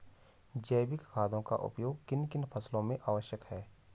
जैविक खादों का उपयोग किन किन फसलों में आवश्यक है?